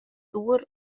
ddŵr